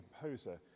composer